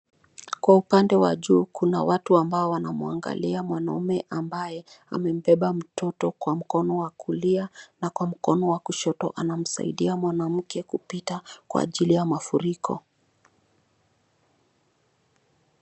Kwa upande wa juu kuna watu ambao wanamwangalia mwanaume ambaye amembeba mtoto kwa mkono wa kulia, na kwa mkono wa kushoto na msaidia mwanamke kupita kwa ajili ya mafuriko.